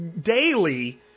daily